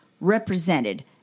represented